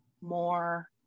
more